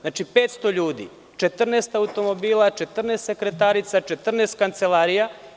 Znači, 500 ljudi, 14 automobila, 14 sekretarica, 14 kancelarija.